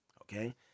okay